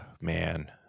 Man